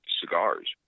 cigars